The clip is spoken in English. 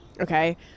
okay